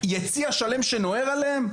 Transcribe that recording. יציע שלם שנוהר עליהם.